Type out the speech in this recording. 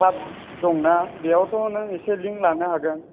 club दंना बेयावथ' नों इसे लिंक लानो हागोन